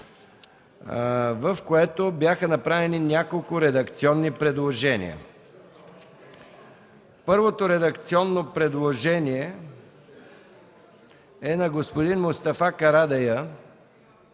в което бяха направени няколко редакционни предложения. Първото редакционно предложение е на господин Мустафа Карадайъ